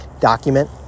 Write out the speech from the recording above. document